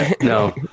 No